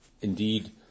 indeed